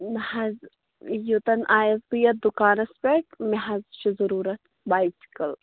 نہَ حظ یوٚتَن آیَس بہٕ یَتھ دُکانَس پٮ۪ٹھ مےٚ حظ چھِ ضروٗرَت بایسکٕل